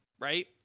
right